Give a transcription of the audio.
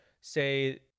say